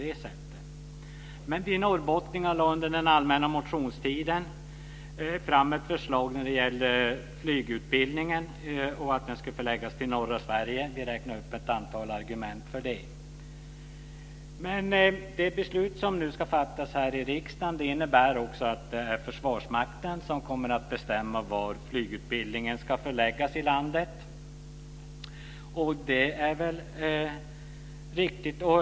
Vi norrbottningar lade fram ett förslag under den allmänna motionstiden om att flygutbildningen skulle förläggas till norra Sverige. Vi räknade upp ett antal argument för det. Det beslut som nu ska fattas här i riksdagen innebär också att det är Försvarsmakten som kommer att bestämma var flygutbildningen ska förläggas i landet, och det är väl riktigt.